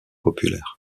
populaire